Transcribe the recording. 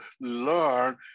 learn